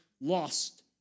lost